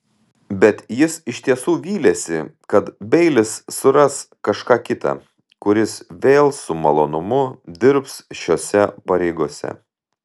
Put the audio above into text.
bet jis iš tiesų vylėsi kad beilis suras kažką kitą kuris vėl su malonumu dirbs šiose pareigose